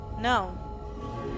No